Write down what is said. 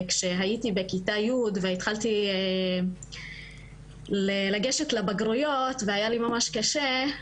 וכשהייתי בכיתה י' והתחלתי לגשת לבגרויות והיה לי ממש קשה,